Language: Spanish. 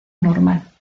normal